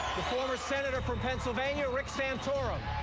former senator from pennsylvania, rick santorum.